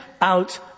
out